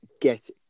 get